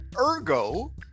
ergo